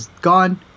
gone